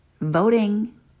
voting